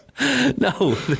no